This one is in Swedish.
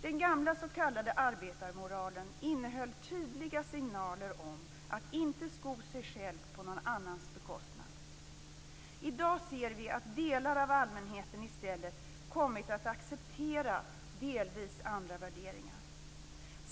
Den gamla s.k. arbetarmoralen innehöll tydliga signaler om att inte sko sig själv på någon annans bekostnad. I dag ser vi att delar av allmänheten i stället kommit att acceptera delvis andra värderingar.